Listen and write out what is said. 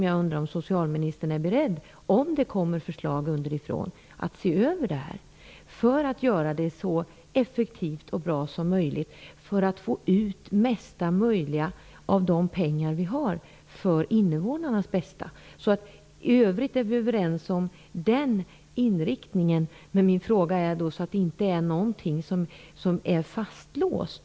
Jag undrar om socialministern är beredd att, om det kommer förslag underifrån, se över detta för att göra det så effektivt och bra som möjligt och för att för innevånarnas bästa få ut det mesta av de pengar som vi har. Vi är överens om inriktningen i övrigt, men min fråga syftar till att ingenting skall vara fastlåst.